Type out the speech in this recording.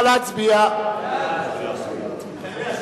32 בעד,